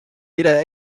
jeder